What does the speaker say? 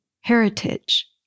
heritage